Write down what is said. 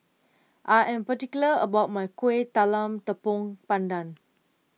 I am particular about my Kuih Talam Tepong Pandan